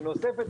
נוספת.